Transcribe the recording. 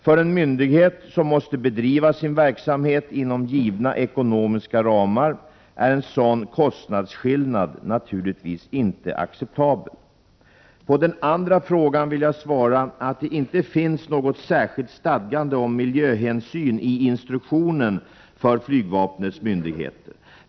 För en myndighet som måste bedriva sin verksamhet inom givna ekonomiska ramar är en sådan kostnadsskillnad naturligtvis inte acceptabel. På den andra frågan vill jag svara att det inte finns något särskilt stadgande om miljöhänsyn i instruktionen för flygvapnets myndigheter.